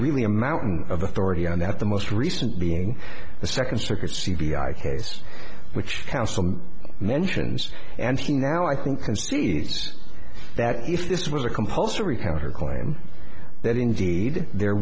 really a mountain of authority and that the most recent being the second circuit c b i case which council mentions and he now i think that if this was a compulsory counterclaim that indeed there